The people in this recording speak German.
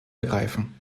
ergreifen